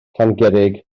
llangurig